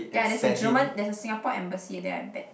yeah there's a German there's a Singapore Embassy at there I bet